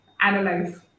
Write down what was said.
analyze